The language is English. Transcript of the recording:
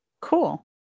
Cool